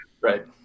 Right